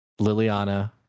Liliana